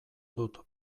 dut